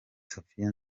sophia